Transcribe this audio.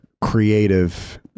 creative